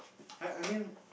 I I mean